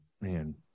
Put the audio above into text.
man